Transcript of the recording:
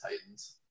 Titans